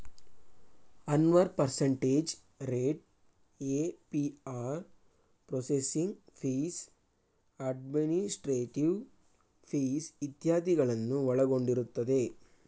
Anwar percentage rate, APR processing fees, administrative fees ಇತ್ಯಾದಿಗಳನ್ನು ಒಳಗೊಂಡಿರುತ್ತದೆ